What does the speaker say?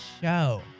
show